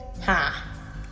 ha